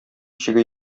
чиге